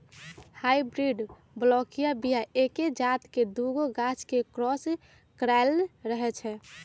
hybrid बलौकीय बीया एके जात के दुगो गाछ के क्रॉस कराएल रहै छै